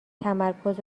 تمرکز